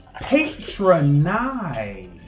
Patronize